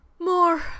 more